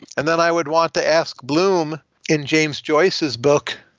and then i would want to ask bloom in james joyce's book,